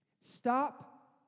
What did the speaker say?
Stop